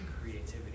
creativity